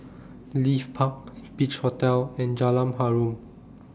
Leith Park Beach Hotel and Jalan Harum